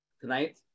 tonight